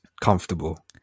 comfortable